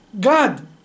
God